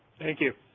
thank you.